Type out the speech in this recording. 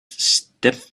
step